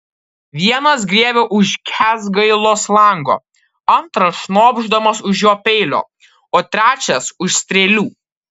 vienas griebia už kęsgailos lanko antras šnopšdamas už jo peilio o trečias už strėlių